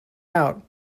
out